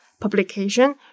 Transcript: Publication